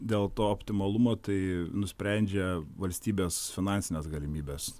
dėl to optimalumo tai nusprendžia valstybės finansinės galimybės